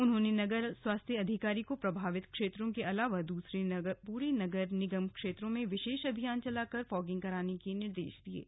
उन्हों नगर स्वास्थ्य अधिकारी को प्रभावित क्षेत्रों के अलावा पूरे नगर निगम क्षेत्रों में विशेष अभियान चलाकर फागिंग कराने के निर्देश दिये